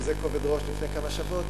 בכזה כובד ראש לפני כמה שבועות,